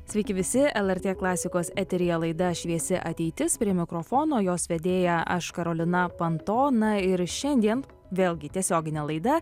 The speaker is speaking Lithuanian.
sveiki visi lrt klasikos eteryje laida šviesi ateitis prie mikrofono jos vedėja aš karolina panto na ir šiandien vėlgi tiesioginė laida